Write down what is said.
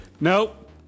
Nope